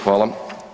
Hvala.